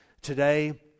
today